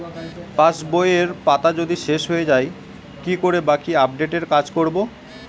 পাসবইয়ের পাতা যদি শেষ হয়ে য়ায় কি করে বাকী আপডেটের কাজ করব?